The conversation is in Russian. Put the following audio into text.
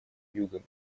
югом